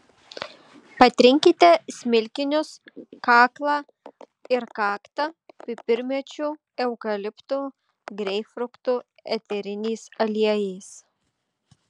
patrinkite smilkinius kaklą ir kaktą pipirmėčių eukaliptų greipfrutų eteriniais aliejais